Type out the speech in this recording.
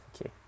Okay